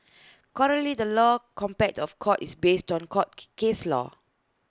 currently the law contempt of court is based on court case law